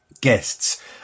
guests